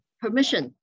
permission